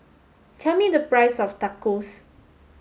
tell me the price of Tacos